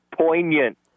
poignant